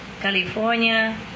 California